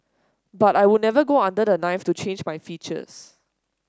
but I would never go under the knife to change my features